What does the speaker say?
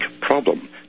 problem